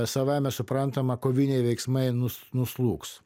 savaime suprantama koviniai veiksmai nu nuslūgs